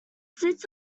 sits